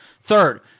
Third